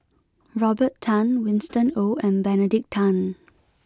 Robert Tan Winston Oh and Benedict Tan